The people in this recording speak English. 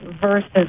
versus